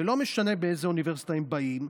ולא משנה מאיזו אוניברסיטה הם באים.